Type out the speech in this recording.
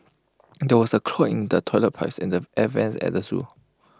there was A clog in the toilet pipes and the air Vents at the Zoo